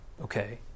Okay